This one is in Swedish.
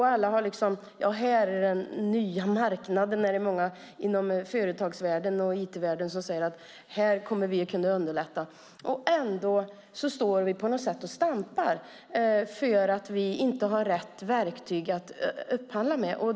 Man har sett det som en ny marknad, och många i företagsvärlden och IT-världen säger: Här kommer vi att kunna underlätta! Ändå står vi och stampar för att vi inte har rätt verktyg att upphandla med.